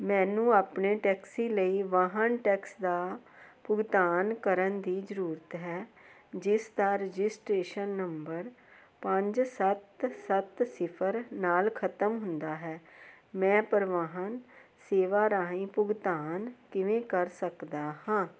ਮੈਨੂੰ ਆਪਣੇ ਟੈਕਸੀ ਲਈ ਵਾਹਨ ਟੈਕਸ ਦਾ ਭੁਗਤਾਨ ਕਰਨ ਦੀ ਜ਼ਰੂਰਤ ਹੈ ਜਿਸ ਦਾ ਰਜਿਸਟ੍ਰੇਸ਼ਨ ਨੰਬਰ ਪੰਜ ਸੱਤ ਸੱਤ ਸਿਫਰ ਨਾਲ ਖਤਮ ਹੁੰਦਾ ਹੈ ਮੈਂ ਪਰਿਵਾਹਨ ਸੇਵਾ ਰਾਹੀਂ ਭੁਗਤਾਨ ਕਿਵੇਂ ਕਰ ਸਕਦਾ ਹਾਂ